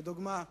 לדוגמה,